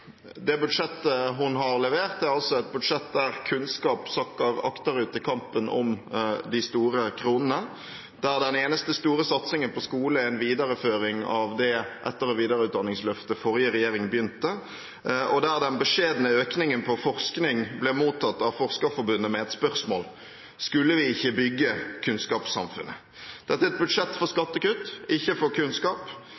Det budsjettforslaget hun har levert, er et budsjett der kunnskap sakker akterut i kampen om de store kronene, der den eneste store satsingen på skole er en videreføring av det etter- og videreutdanningsløftet den forrige regjeringen begynte på, og der den beskjedne økningen på forskning ble mottatt av Forskerforbundet med et spørsmål: Skulle vi ikke bygge kunnskapssamfunnet? Dette er et budsjett for